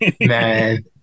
Man